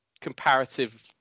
comparative